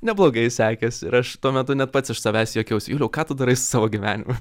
neblogai sekėsi ir aš tuo metu net pats iš savęs juokiausi juliau ką tu darai savo gyvenimu